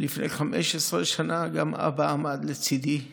ולפני 15 שנה גם אבא עמד לצידי שם.